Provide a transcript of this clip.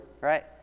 right